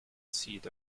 seat